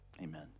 Amen